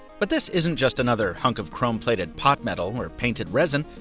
but this isn't just another hunk of chrome-plated pot metal or painted resin,